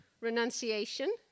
Renunciation